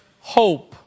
hope